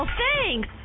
thanks